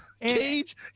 Cage